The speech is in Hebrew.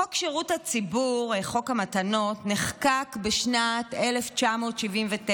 חוק שירות הציבור (מתנות) נחקק בשנת 1979,